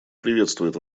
приветствует